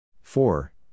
four